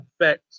affect